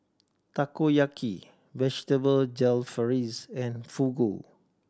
Takoyaki Vegetable Jalfrezi and Fugu